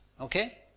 Okay